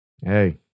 Hey